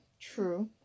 True